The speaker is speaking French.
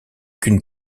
qu’une